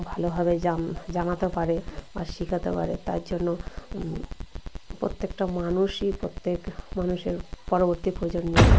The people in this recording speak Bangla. ভালোভাবে জাম জানাতে পারে বা শেখাতে পারে তার জন্য প্রত্যেকটা মানুষই প্রত্যেক মানুষের পরবর্তী প্রজন্মের